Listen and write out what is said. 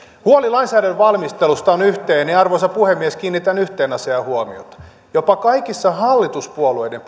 huoli lainsäädännön valmistelusta on yhteinen ja arvoisa puhemies kiinnitän yhteen asiaan huomiota jopa kaikissa hallituspuolueiden